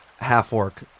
half-orc